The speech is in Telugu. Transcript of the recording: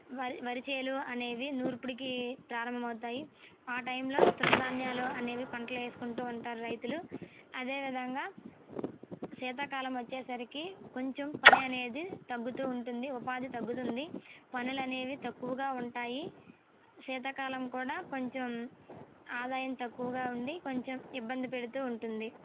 వరి వరి చేలు అనేవి నూర్పుడికి ప్రారంభం అవుతాయి ఆ టైంలో తృణదాన్యాలు అనేవి పంటలు వేసుకుంటూ ఉంటారు రైతులు అదే విధంగా శీతాకాలం వచ్చేసరికి కొంచెం పని అనేది తగ్గుతూ ఉంటుంది ఉపాధి తగ్గుతుంది పనులు అనేవి తక్కువగా ఉంటాయి శీతాకాలం కూడా కొంచెం ఆదాయం తక్కువగా ఉండి కొంచెం ఇబ్బంది పెడుతూ ఉంటుంది